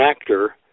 actor